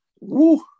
Woo